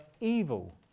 evil